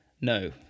no